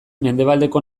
mendebaldeko